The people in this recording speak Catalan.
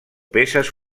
peces